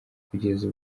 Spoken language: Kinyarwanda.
kugeza